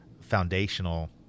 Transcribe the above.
foundational